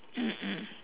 mm mm